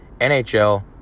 NHL